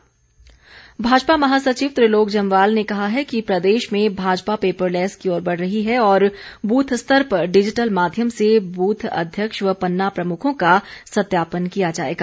भाजपा भाजपा महासचिव त्रिलोक जम्वाल ने कहा है कि प्रदेश में भाजपा पेपर लैस की ओर बढ़ रही है और बृथ स्तर पर डिजिटल माध्यम से बूथ अध्यक्ष व पन्ना प्रमुखों का सत्यापन किया जाएगा